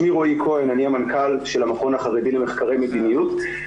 אני המנכ"ל של המכון החרדי למחקרי מדיניות,